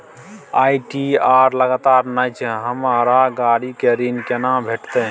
ITR लगातार नय छै हमरा गाड़ी के ऋण केना भेटतै?